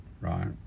right